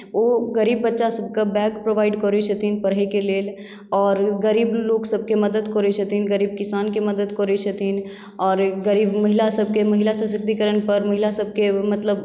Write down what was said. ओ गरीब बच्चासभके bag provide करैत छथिन पढ़ैके लेल आओर गरीब लोगसभके मदद करैत छथिन गरीब किसानके मदद करैत छथिन आओर गरीब महिलासभके महिला सशक्तिकरणपर महिलासभके मतलब